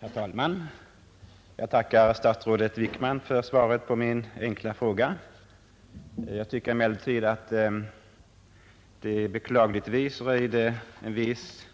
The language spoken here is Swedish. Herr talman! Jag tackar statsrådet Wickman för svaret på min fråga. Beklagligtvis röjer dock svaret en viss